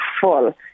full